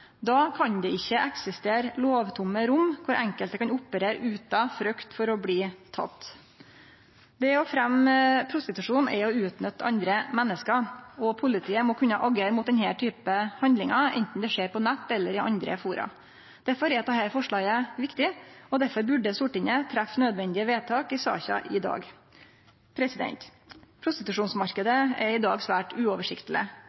kan det ikkje eksistere lovtomme rom der enkelte kan operere utan frykt for å bli tekne. Det å fremje prostitusjon er å unytte andre menneske, og politiet må kunne agere mot denne typen handlingar anten det skjer på nett eller i andre forum. Difor er dette forslaget så viktig, og difor burde Stortinget gjere nødvendige vedtak i saka i dag.